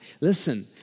listen